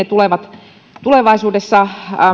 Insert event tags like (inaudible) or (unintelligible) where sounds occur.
(unintelligible) tulevat tulevaisuudessa